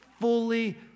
fully